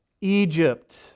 Egypt